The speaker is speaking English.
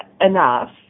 enough